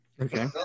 okay